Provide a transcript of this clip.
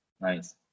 nice